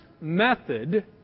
method